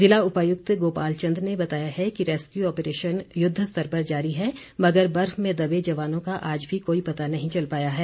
जिला उपायुक्त गोपाल चंद ने बताया है कि रेस्कयू ऑपरेशन युद्धस्तर पर जारी है मगर बर्फ में दबे जवानों का आज भी कोई पता नहीं चल पाया है